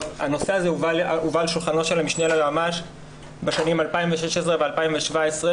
הנושא הזה הובא על שולחנו של המשנה ליועמ"ש בשנים 2016 ו-2017.